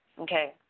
Okay